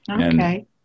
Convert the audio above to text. Okay